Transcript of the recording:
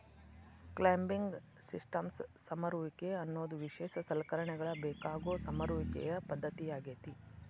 climbing systems ಸಮರುವಿಕೆ ಅನ್ನೋದು ವಿಶೇಷ ಸಲಕರಣೆಗಳ ಬೇಕಾಗೋ ಸಮರುವಿಕೆಯ ಪದ್ದತಿಯಾಗೇತಿ